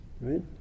right